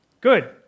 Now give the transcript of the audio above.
Good